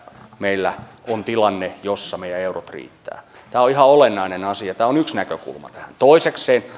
meillä on tilanne jossa meidän euromme riittävät tämä on ihan olennainen asia tämä on yksi näkökulma tähän toisekseen